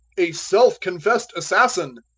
a self-confessed assassin.